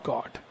God